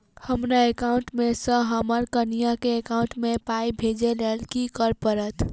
हमरा एकाउंट मे सऽ हम्मर कनिया केँ एकाउंट मै पाई भेजइ लेल की करऽ पड़त?